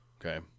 Okay